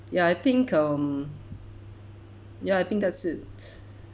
ya I think um ya I think that's it